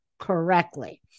correctly